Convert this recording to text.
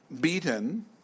beaten